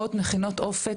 שנקראות מכינות אופק,